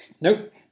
nope